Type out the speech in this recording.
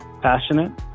passionate